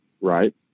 right